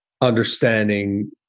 understanding